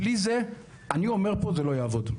בלי זה, אני אומר פה, זה לא יעבוד.